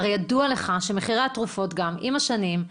הרי ידוע לך שמחירי התרופות גם משתנים עם השנים.